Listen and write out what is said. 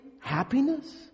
happiness